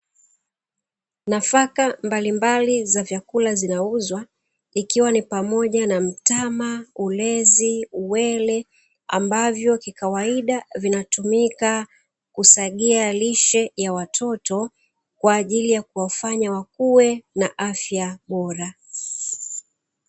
Nafaka mbalimbali za vyakula vinauzwa, ikiwa ni pamoja na mtama, ulezi, uwele; ambavyo kikawaida vinatumika kusagia lishe ya watoto, kwa ajili ya kuwafanya wakue, na afya bora.